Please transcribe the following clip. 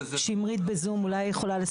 זה לא תשובה מהפרקליטות.